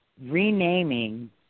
renaming